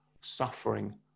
suffering